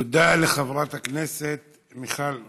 תודה לחברת הכנסת מיכל רוזין.